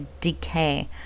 decay